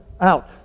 out